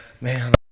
man